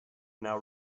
now